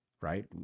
right